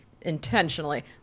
intentionally